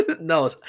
No